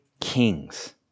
kings